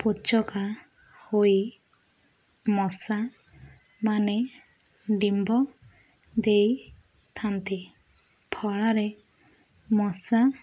ପୋଚକା ହୋଇ ମଶାମାନେ ଡିମ୍ବ ଦେଇଥାନ୍ତି ଫଳରେ ମଶା